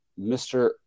Mr